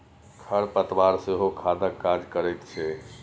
खर पतवार सेहो खादक काज करैत छै